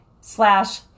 slash